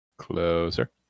Closer